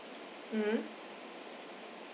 mm